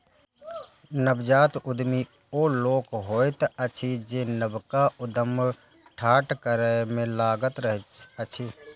नवजात उद्यमी ओ लोक होइत अछि जे नवका उद्यम ठाढ़ करै मे लागल रहैत अछि